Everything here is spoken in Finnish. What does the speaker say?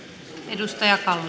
arvoisa puhemies